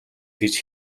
гэж